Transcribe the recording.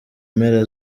mpera